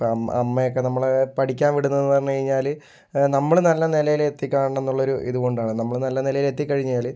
ഇപ്പം അമ്മ അമ്മയൊക്കെ നമ്മളെ പഠിക്കാൻ വിടുന്നു എന്ന് പറഞ്ഞു കഴിഞ്ഞാൽ നമ്മൾ നല്ല നിലയിൽ എത്തിക്കാണണം എന്നുള്ളൊരു ഇതുകൊണ്ടാണ് നമ്മൾ നല്ല നിലയിൽ എത്തിക്കഴിഞ്ഞാൽ